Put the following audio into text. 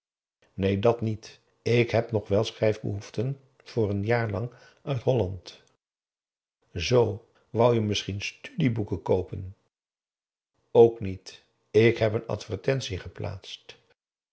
neen dat niet ik heb nog wel schrijfbehoeften voor n jaar lang uit holland zoo wou je misschien studieboeken koopen ook niet ik heb een advertentie geplaatst